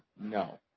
No